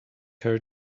her